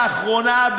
לאחרונה,